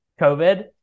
COVID